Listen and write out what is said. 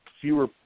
fewer